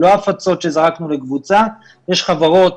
לא הפצות שזרקנו לקבוצה, יש חברות